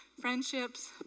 friendships